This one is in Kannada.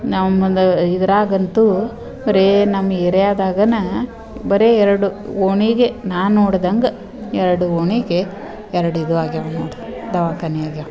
ನಾವು ಮುಂದೆ ಇದ್ರಾಗಂತು ಬರೀ ನಮ್ಮ ಏರ್ಯಾದಾಗ ಬರೀ ಎರಡು ಓಣಿಗೆನೆ ನೋಡ್ದಂಗೆ ಎರಡು ಓಣಿಗೆ ಎರಡು ಇದು ಆಗ್ಯಾವೆ ನೋಡ್ರಿ ದವಾಖಾನೆ ಆಗ್ಯವೆ